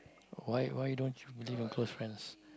why why don't you believe your close friends